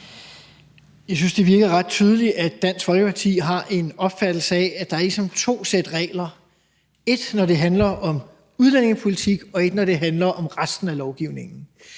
Jeg synes, det virker ret tydeligt, at Dansk Folkeparti har en opfattelse af, at der ligesom er to sæt regler: Et, når det handler om udlændingepolitik, og et, når det handler om resten af lovgivningen.